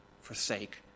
forsake